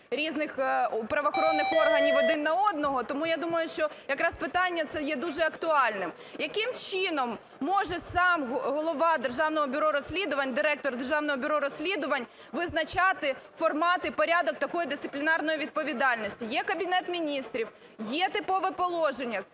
різних правоохоронних органів один на одного, тому, я думаю, що якраз питання це є дуже актуальним. Яким чином може сам голова Державного бюро розслідувань, директор Державного бюро розслідувань, визначати формати і порядок такої дисциплінарної відповідальності? Є Кабінет Міністрів, є типове положення,